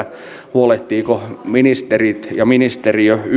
huolehtivatko ministerit ja ministeriö